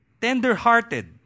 tender-hearted